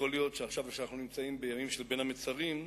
יכול להיות שעכשיו שאנחנו נמצאים בימים של בין המצרים,